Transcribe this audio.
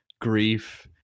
grief